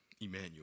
Emmanuel